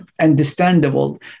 understandable